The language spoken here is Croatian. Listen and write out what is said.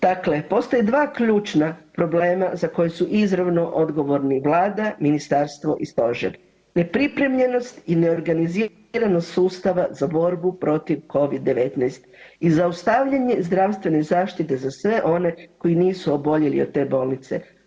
Dakle, postoje dva ključna problema za koje su izravno odgovorni Vlada, ministarstvo i Stožer – nepripremljenost i neorganiziranost sustava za borbu protiv covid-19 i zaustavljanje zdravstvene zaštite za sve one koji nisu oboljeli od te bolesti.